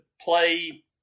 play